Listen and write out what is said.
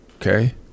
Okay